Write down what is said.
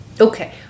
Okay